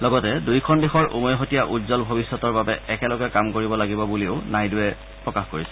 লগতে দুয়োখন দেশৰ উমৈহতীয়া উজ্জ্বল ভৱিষ্যতৰ বাবে একেলগে কাম কৰিব লাগিব বুলিও শ্ৰীনাইডুৱে প্ৰকাশ কৰিছে